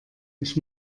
ich